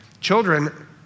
Children